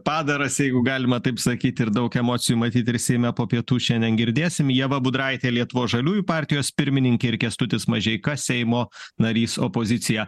padaras jeigu galima taip sakyt ir daug emocijų matyt ir seime po pietų šiandien girdėsim ieva budraitė lietuvos žaliųjų partijos pirmininkė ir kęstutis mažeika seimo narys opozicija